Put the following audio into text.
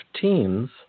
teens